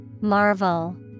Marvel